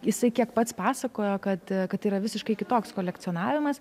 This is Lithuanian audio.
jisai kiek pats pasakojo kad kad yra visiškai kitoks kolekcionavimas